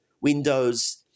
windows